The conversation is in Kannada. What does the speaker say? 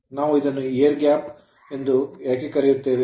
ನಾವು ಇದನ್ನು air gap ಗಾಳಿಯ ಅಂತರದಾದ್ಯಂತ power ಶಕ್ತಿ ಎಂದು ಏಕೆ ಕರೆಯುತ್ತೇವೆ